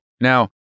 Now